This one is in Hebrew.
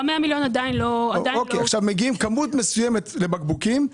מגיעים כמות מסוימת לבקבוקים.